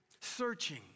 searching